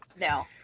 No